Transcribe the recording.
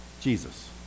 Jesus